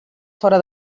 fora